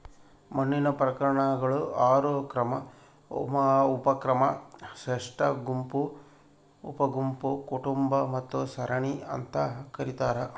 ಮಣ್ಣಿನ ಪ್ರಕಾರಗಳು ಆರು ಕ್ರಮ ಉಪಕ್ರಮ ಶ್ರೇಷ್ಠಗುಂಪು ಉಪಗುಂಪು ಕುಟುಂಬ ಮತ್ತು ಸರಣಿ ಅಂತ ಕರೀತಾರ